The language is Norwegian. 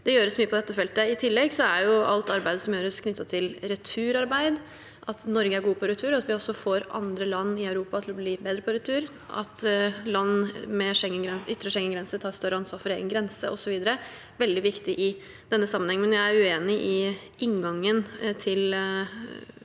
I tillegg er alt arbeidet som gjøres knyttet til retur – at Norge er god på retur, at vi også får andre land i Europa til å bli bedre på retur, og at land med ytre Schengengrense tar større ansvar for egen grense, osv. – veldig viktig i denne sammenhengen. Jeg er uenig i inngangen til